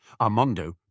Armando